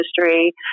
industry